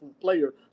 player